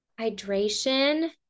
Hydration